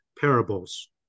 parables